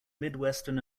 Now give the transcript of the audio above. midwestern